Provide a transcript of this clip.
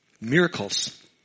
Miracles